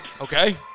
Okay